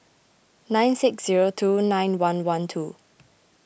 nine six zero two nine one one two